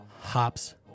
Hops